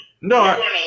No